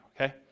Okay